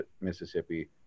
Mississippi